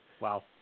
Wow